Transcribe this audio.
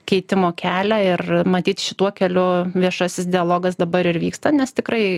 keitimo kelią ir matyt šituo keliu viešasis dialogas dabar ir vyksta nes tikrai